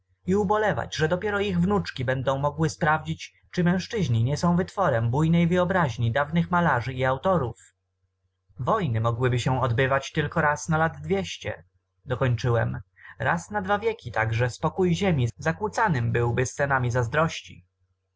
i ubolewać że dopiero ich wnuczki będą mogły sprawdzić czy mężczyźni nie są wytworem bujnej wyobraźni dawnych malarzy i autorów wojny mogłyby się odbywać tylko raz na lat dwieście dokończyłem raz na dwa wieki także spokój ziemi zakłócanym byłby scenami zazdrości